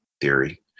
theory